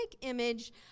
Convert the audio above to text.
image